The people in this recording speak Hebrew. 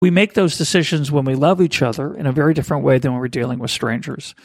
אנחנו עושים את החלטות האלה כשאנחנו אוהבים אחד את השני בצורה שונה מאוד מכאשר שאנחנו מתמודדים עם זרים.